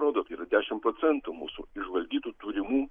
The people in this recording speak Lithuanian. rodo tai yra dešim procentų mūsų išžvalgytų turimų